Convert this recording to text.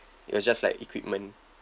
it was just like equipment